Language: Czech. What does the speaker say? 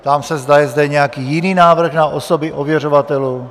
Ptám se, zda je zde nějaký jiný návrh na osoby ověřovatelů.